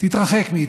תתרחק מאיתנו.